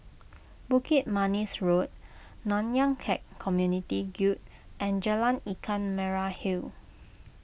Bukit Manis Road Nanyang Khek Community Guild and Jalan Ikan Merah Hill